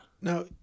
Now